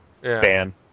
ban